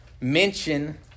mention